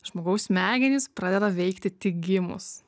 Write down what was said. žmogaus smegenys pradeda veikti tik gimus